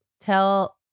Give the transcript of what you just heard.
tell